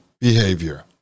behavior